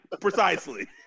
Precisely